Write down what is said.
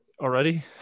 already